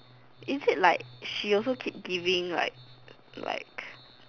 is it like she also keep giving like like